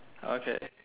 okay